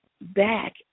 back